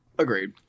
Agreed